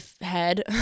head